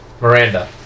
Miranda